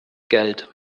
geld